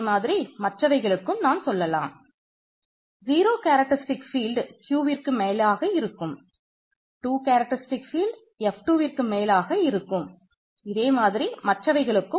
இதே மாதிரி மற்றவவைகளுக்கும் நாம் சொல்ல முடியும்